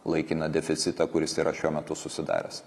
laikiną deficitą kuris yra šiuo metu susidaręs